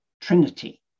Trinity